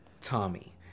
Tommy